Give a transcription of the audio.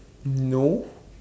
no